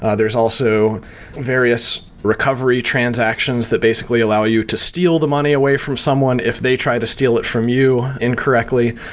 ah there's also various recovery transactions that basically allow you to steal the money away from someone if they try to steal it from you incorrectly.